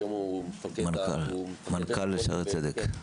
היום הוא --- מנכ"ל שערי צדק.